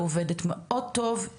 היא עובדת מאוד טוב,